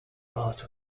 part